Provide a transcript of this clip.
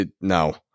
no